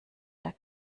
der